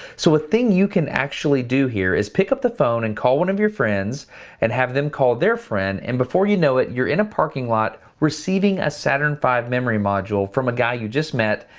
so a thing you can actually do here is pick up the phone and call one of your friends and have them call their friend, and before you know it, you're in a parking lot, receiving a saturn v memory module from a guy you just met,